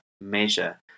measure